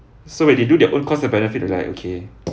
so when they do their own cost and benefit like okay